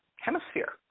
Hemisphere